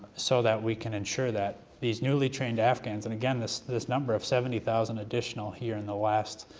so that we can ensure that these newly trained afghans, and again this this number of seventy thousand additional here in the last